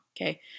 okay